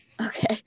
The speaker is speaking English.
okay